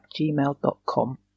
gmail.com